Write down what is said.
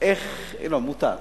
לא, מותר.